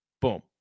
Boom